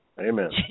Amen